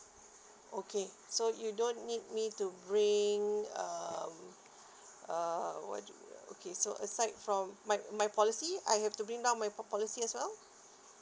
okay so you don't need me to bring um uh what okay so aside from my my policy I have to bring down my po~ policy as well